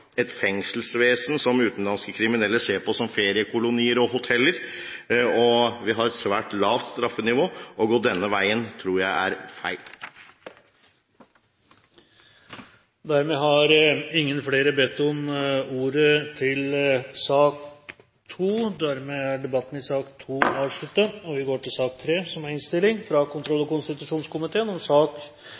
et fengselsvesen som utenlandske kriminelle ser på som feriekolonier og hoteller, og vi har et svært lavt straffenivå. Å gå denne veien tror jeg er feil. Flere har ikke bedt om ordet til sak nr. 2. Utgangspunktet for denne saken må jeg si er noe spesielt, for det dreier seg om et register som vi kaller INFOFLYT, som har som